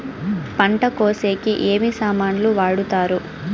పంట కోసేకి ఏమి సామాన్లు వాడుతారు?